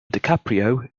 dicaprio